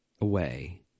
away